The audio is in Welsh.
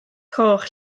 coch